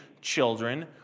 children